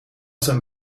zijn